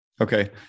Okay